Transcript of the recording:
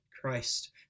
Christ